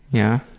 yeah.